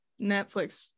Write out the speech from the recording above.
Netflix